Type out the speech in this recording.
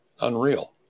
unreal